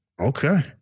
Okay